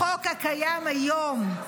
החוק הקיים היום,